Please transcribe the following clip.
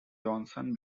johnson